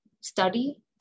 study